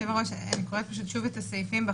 היושב-ראש, אני קוראת פשוט שוב את הסעיפים בחוק.